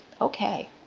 okay